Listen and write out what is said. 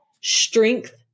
strength